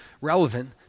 relevant